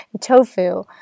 tofu